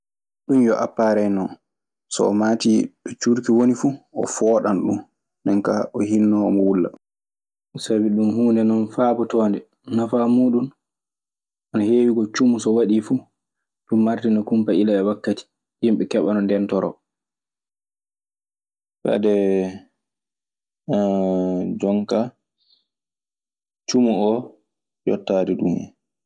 Ɗum yo apparey non so maati ɗo curki woni fuu oo fooɗan ɗum, nde kaa oo hinnoo omo wulla. Sabi ɗun huunde non faabotoonde, nafaa muuɗun ana heewi. Cumu so waɗii fu, ɗun martina kumpa ila e wakkati. Yimɓe keɓa no ndeentoroo. Fadee jonka cumo oo yottaade ɗum.